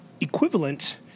equivalent